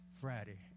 Friday